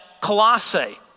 Colossae